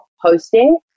hosting